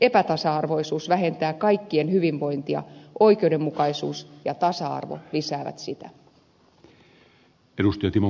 epätasa arvoisuus vähentää kaikkien hyvinvointia oikeudenmukaisuus ja tasa arvo lisäävät sitä